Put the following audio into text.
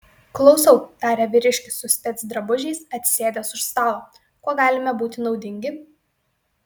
klausau tarė vyriškis su specdrabužiais atsisėdęs už stalo kuo galime būti naudingi